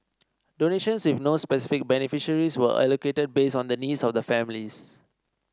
donations with no specific beneficiaries were allocated based on the needs of the families